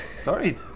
Sorry